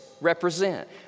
represent